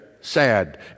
sad